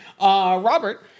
Robert